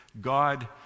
God